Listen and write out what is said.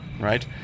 right